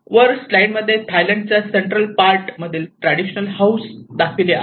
वर स्लाईड मध्ये थायलंडच्या सेंट्रल पार्ट मधील ट्रॅडिशनल हाऊस दाखविले आहे